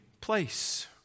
place